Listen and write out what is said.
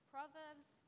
Proverbs